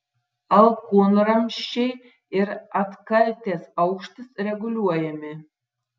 alkūnramsčiai ir atkaltės aukštis reguliuojami